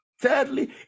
Thirdly